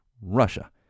Russia